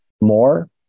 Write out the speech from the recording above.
more